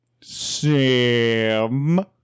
Sam